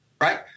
right